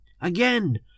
Again